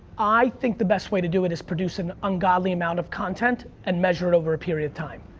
i think the best way to do it is produce an ungodly amount of content and measure it over a period of time.